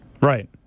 Right